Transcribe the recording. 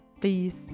please